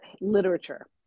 literature